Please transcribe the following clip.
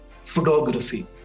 Photography